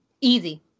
Easy